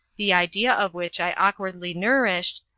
the idea of which i awkwardly nourished,